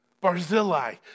Barzillai